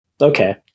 Okay